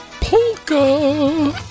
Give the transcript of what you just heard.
Polka